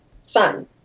sun